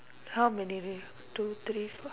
how many left two three four